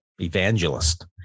evangelist